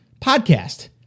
podcast